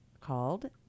called